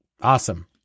Awesome